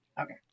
Okay